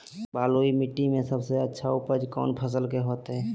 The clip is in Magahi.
बलुई मिट्टी में सबसे अच्छा उपज कौन फसल के होतय?